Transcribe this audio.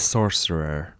Sorcerer